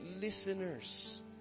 listeners